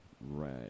right